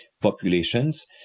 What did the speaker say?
populations